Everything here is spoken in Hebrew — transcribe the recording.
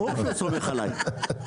ברור שהוא סומך עליי.